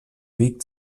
weg